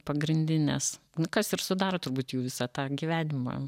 pagrindines kas ir sudaro turbūt jų visą tą gyvenimą